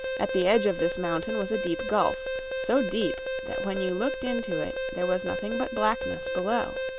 at the edge of this mountain was a deep gulf so deep that when you looked into it there was nothing but blackness below.